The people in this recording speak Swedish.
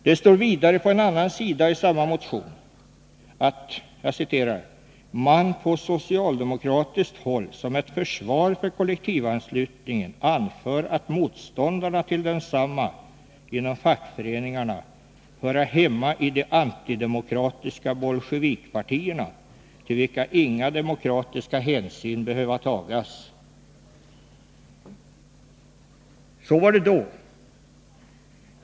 Det står vidare på en annan sida i samma motion, att ”man på socialdemokratiskt håll som ett försvar för kollektivanslutningen anför, att motståndarna till densamma inom fackföreningarna höra hemma i de 7 antidemokratiska bolsjevikpartierna, till vilka inga demokratiska hänsyn behöva tagas, ——--". Så var det då.